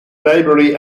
library